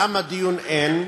למה דיון אין?